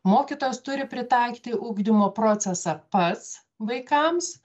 mokytojas turi pritaikyti ugdymo procesą pats vaikams